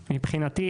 מבחינתי,